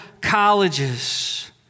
colleges